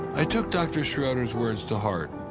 i took dr. schroeder's words to heart.